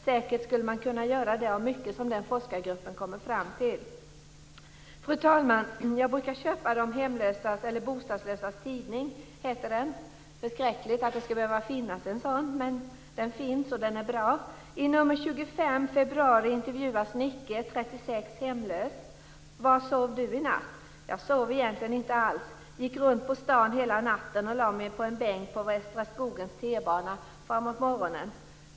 Säkert skulle man kunna göra mycket som den forskargruppen kommer fram till. Fru talman! Jag brukar köpa de bostadslösas tidning Situation Sthlm. Det är förskräckligt att det skall behöva finnas en sådan, men den finns, och den är bra. I nr 25 från februari 1999 intervjuas Nicke 36 år och hemlös: - Jag sov egentligen inte alls i natt. Gick runt på stan hela natten och la mig på en bänk på Västra skogens t-bana framåt morgonen.